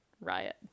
riot